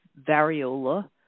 variola